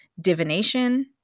divination